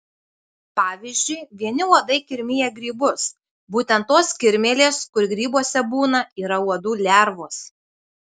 pavyzdžiui vieni uodai kirmija grybus būtent tos kirmėlės kur grybuose būna yra uodų lervos